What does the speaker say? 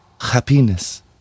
Happiness